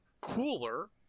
cooler